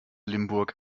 limburg